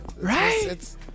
Right